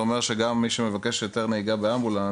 אומר שגם מי שמבקש היתר נהיגה באמבולנס,